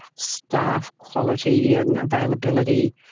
staff quality and availability,